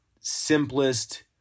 simplest